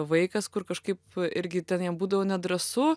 vaikas kur kažkaip irgi ten jam būdavo nedrąsu